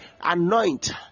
anoint